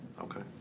okay